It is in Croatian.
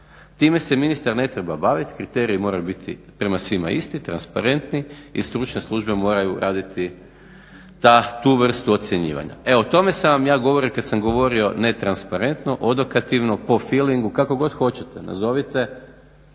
Time se ministar ne treba baviti, kriteriji moraju biti prema svima isti, transparentni i stručne službe moraju raditi tu vrstu ocjenjivanja. Evo o tome sam vam ja govorio kad sam govorio netransparentno, odokativno po filingu kako god hoćete nazovite,